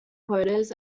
quotas